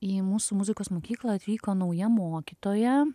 į mūsų muzikos mokyklą atvyko nauja mokytoja